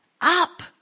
up